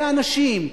באנשים,